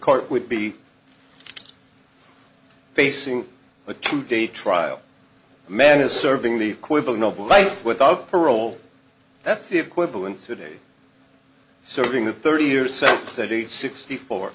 court would be facing a two day trial man is serving the equivalent of life without parole that's the equivalent today serving the thirty years subsidy sixty four